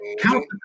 Count